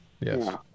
Yes